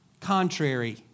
contrary